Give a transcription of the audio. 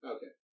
Okay